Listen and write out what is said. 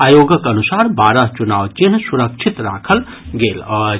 आयोगक अनुसार बारह चुनाव चिन्ह सुरक्षित राखल गेल अछि